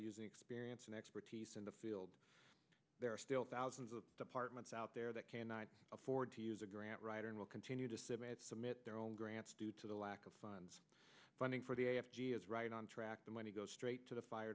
using experience and expertise in the field there are still thousands of departments out there that cannot afford to use a grant writer and will continue to submit submit their own grants due to the lack of funds funding for the a f g is right on track the money goes straight to the fire